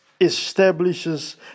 establishes